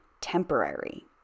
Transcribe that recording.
temporary